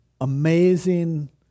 amazing